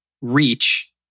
reach